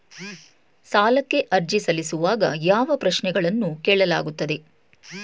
ಸಾಲಕ್ಕೆ ಅರ್ಜಿ ಸಲ್ಲಿಸುವಾಗ ಯಾವ ಪ್ರಶ್ನೆಗಳನ್ನು ಕೇಳಲಾಗುತ್ತದೆ?